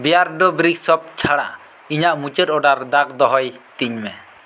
ᱵᱤᱭᱟᱨᱰᱚ ᱵᱨᱤᱡᱽ ᱥᱚᱵᱽ ᱪᱷᱟᱲᱟ ᱤᱧᱟᱹᱜ ᱢᱩᱪᱟᱹᱫ ᱚᱰᱟᱨ ᱫᱟᱜᱽ ᱫᱚᱦᱚᱭ ᱛᱤᱧ ᱢᱮ